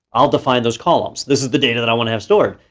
i'll define those columns. this is the data that i wanna have stored.